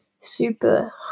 super